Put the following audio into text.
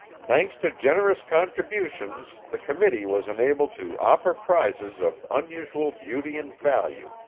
thanks to generous contributions, the committee was enabled to offer prizes of unusual beauty and value,